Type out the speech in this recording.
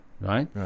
right